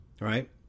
Right